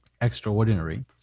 extraordinary